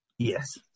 Yes